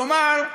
כלומר,